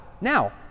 Now